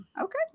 okay